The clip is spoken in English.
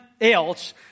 else